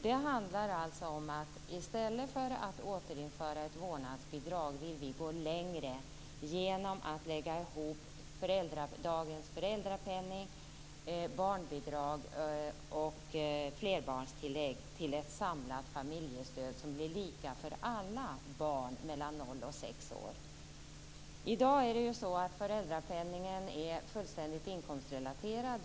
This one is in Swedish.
Vi vill, i stället för att återinföra ett vårdnadsbidrag, gå längre genom att lägga ihop dagens föräldrapenning, barnbidrag och flerbarnstillägg till ett samlat familjestöd som blir lika för alla barn mellan noll och sex år. I dag är föräldrapenningen fullständigt inkomstrelaterad.